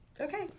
Okay